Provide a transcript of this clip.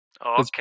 Okay